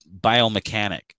biomechanic